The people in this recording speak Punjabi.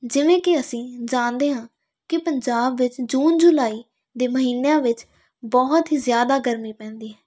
ਜਿਵੇਂ ਕਿ ਅਸੀਂ ਜਾਣਦੇ ਹਾਂ ਕਿ ਪੰਜਾਬ ਵਿੱਚ ਜੂਨ ਜੁਲਾਈ ਦੇ ਮਹੀਨਿਆਂ ਵਿੱਚ ਬਹੁਤ ਹੀ ਜ਼ਿਆਦਾ ਗਰਮੀ ਪੈਂਦੀ ਹੈ